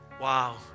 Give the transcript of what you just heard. wow